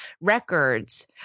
records